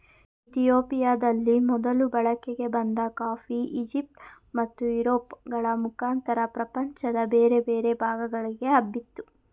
ಇತಿಯೋಪಿಯದಲ್ಲಿ ಮೊದಲು ಬಳಕೆಗೆ ಬಂದ ಕಾಫಿ ಈಜಿಪ್ಟ್ ಮತ್ತು ಯುರೋಪ್ ಗಳ ಮುಖಾಂತರ ಪ್ರಪಂಚದ ಬೇರೆ ಬೇರೆ ಭಾಗಗಳಿಗೆ ಹಬ್ಬಿತು